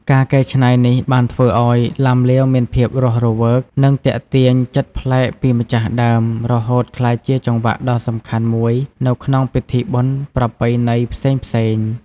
ការកែច្នៃនេះបានធ្វើឲ្យ ឡាំលាវមានភាពរស់រវើក និងទាក់ទាញចិត្តប្លែកពីម្ចាស់ដើម រហូតក្លាយជាចង្វាក់ដ៏សំខាន់មួយនៅក្នុងពិធីបុណ្យប្រពៃណីផ្សេងៗ។